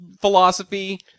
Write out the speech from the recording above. philosophy